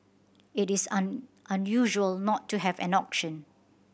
it is an unusual not to have an auction